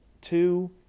Two